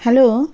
hello